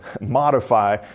modify